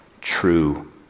true